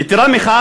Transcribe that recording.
יתרה מכך,